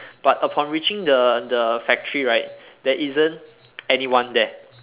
but upon reaching the factory right there isn't anyone there